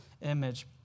image